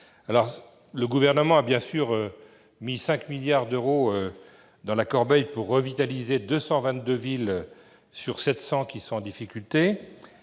Le Gouvernement a bien sûr injecté 5 milliards d'euros dans la corbeille pour revitaliser 222 villes sur les 700 qui se trouvent en difficulté.